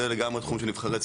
זה לגמרי תחום של נבחרי ציבור,